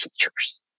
teachers